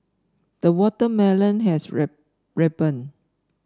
the watermelon has ripened